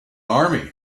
army